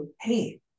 Hey